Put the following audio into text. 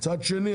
מצד שני,